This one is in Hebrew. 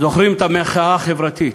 את המחאה החברתית.